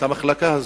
את המחלקה הזאת.